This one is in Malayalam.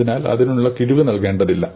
അതിനാൽ അതിനു കിഴിവ് നൽകേണ്ടതില്ല